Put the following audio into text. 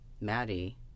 Maddie